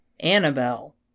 Annabelle